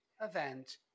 event